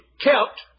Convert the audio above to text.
kept